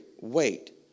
wait